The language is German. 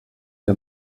der